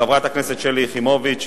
חברת הכנסת שלי יחימוביץ,